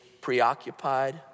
preoccupied